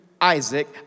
Isaac